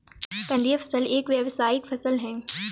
कंदीय फसल एक व्यावसायिक फसल है